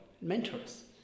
mentors